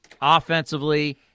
offensively